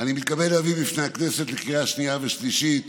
אני מתכבד להביא בפני הכנסת לקריאה שנייה ושלישית